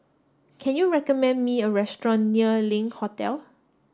can you recommend me a restaurant near Link Hotel